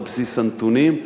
על בסיס הנתונים,